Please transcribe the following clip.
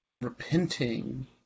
repenting